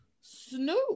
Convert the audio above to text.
Snoop